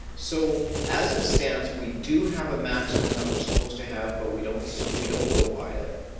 so as it stands, we do have a maximum that we're supposed to have but we don't so we don't go by it.